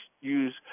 use